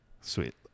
Sweet